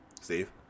steve